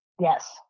Yes